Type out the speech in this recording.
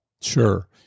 Sure